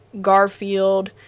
Garfield